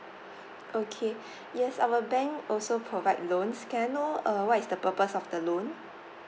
okay yes our bank also provide loans can I know uh what is the purpose of the loan